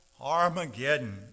Armageddon